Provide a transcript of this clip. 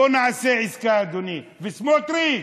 בוא נעשה עסקה אדוני, סמוטריץ,